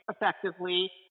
effectively